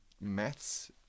maths